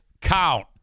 count